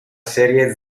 serie